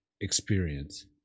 experience